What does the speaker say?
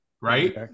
right